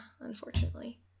unfortunately